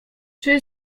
czy